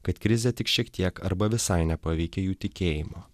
kad krizė tik šiek tiek arba visai nepaveikė jų tikėjimo